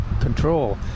control